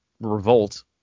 revolt